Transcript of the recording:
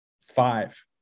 five